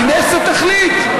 הכנסת תחליט?